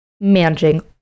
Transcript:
managing